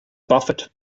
buffett